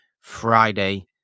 Friday